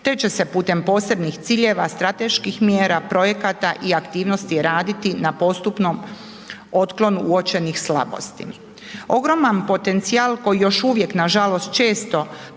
te će se putem posebnih ciljeva, strateških mjera, projekata i aktivnosti, raditi na postupnom otklonu uočenih slabosti. Ogroman potencijal koji još uvijek nažalost često propada